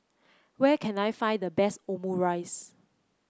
where can I find the best Omurice